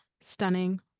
stunning